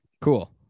Cool